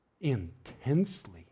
intensely